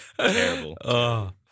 Terrible